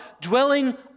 dwelling